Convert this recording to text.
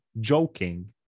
joking